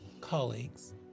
colleagues